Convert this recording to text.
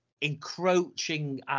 encroaching